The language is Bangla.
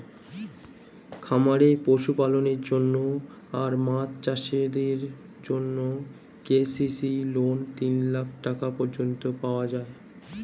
খামারে পশুপালনের জন্য আর মাছ চাষিদের জন্যে কে.সি.সি লোন তিন লাখ টাকা পর্যন্ত পাওয়া যায়